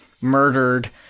murdered